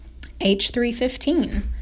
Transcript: H315